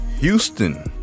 Houston